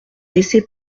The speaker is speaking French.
laisser